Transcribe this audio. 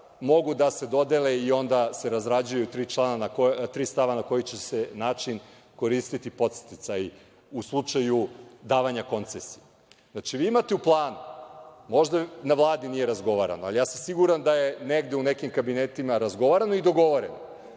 mogu da se dodele i onda se razrađuju tri stava na koji će se način koristiti podsticaji u slučaju davanja koncesije. Vi imate u planu, možda na Vladi nije razgovarano, ali sam siguran da je u nekim kabinetima razgovarano i dogovarano